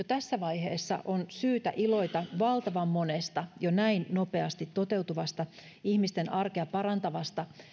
tässä vaiheessa on syytä iloita valtavan monesta jo näin nopeasti toteutuvasta ihmisten arkea parantavasta